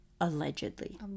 allegedly